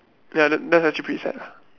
ya that that's actually pretty sad ah